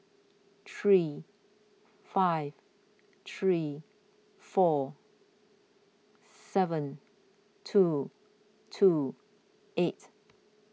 three five three four seven two two eight